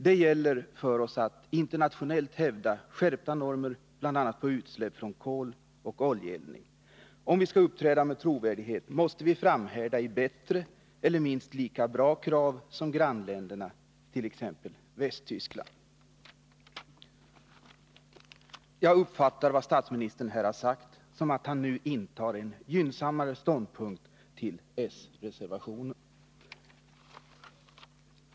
Det gäller för oss att internationellt hävda skärpta normer, bl.a. på utsläpp från koloch oljeeldning. Om vi skall kunna uppträda med trovärdighet måste vi framhärda med bättre eller minst lika bra krav som grannländerna, t.ex. Västtyskland. Jag uppfattar vad statsministern här har sagt så, att han nu är gynnsammare inställd till s-reservationen.